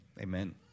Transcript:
amen